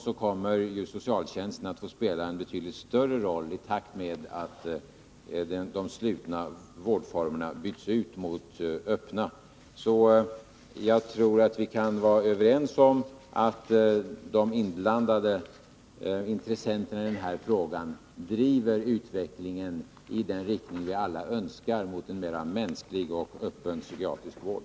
Tvärtom kommer socialtjänsten att få spela en betydligt större roll i takt med att slutna vårdformer byts ut mot öppna. Jag tror alltså att vi kan vara överens om att de inblandade intressenterna i den här frågan driver utvecklingen i den riktning som alla önskar, mot en mera mänsklig och öppen psykiatrisk vård.